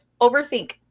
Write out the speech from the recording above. overthink